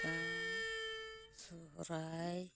ᱯᱟᱛᱟ ᱥᱚᱦᱚᱨᱟᱭ